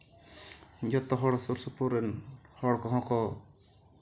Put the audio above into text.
ᱡᱚᱛᱚᱦᱚᱲ ᱥᱩᱨ ᱥᱩᱯᱩᱨ ᱨᱮᱱ ᱦᱚᱲ ᱠᱚᱦᱚᱸ ᱠᱚ